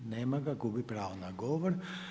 Nema ga, gubi pravo na govor.